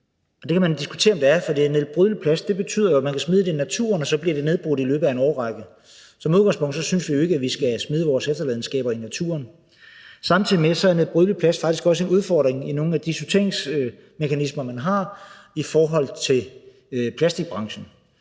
det kan man diskutere om det er, for nedbrydeligt plast betyder jo, at man kan smide det i naturen, og så bliver det nedbrudt i løbet af en årrække. Som udgangspunkt synes vi jo ikke, at vi skal smide vores efterladenskaber i naturen. Samtidig er nedbrydeligt plast faktisk også en udfordring i nogle af de sorteringsmekanismer, man har, i forhold til plastbranchen.